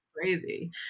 crazy